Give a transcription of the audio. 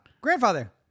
grandfather